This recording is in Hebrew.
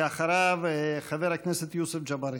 אחריו, חבר הכנסת יוסף ג'בארין.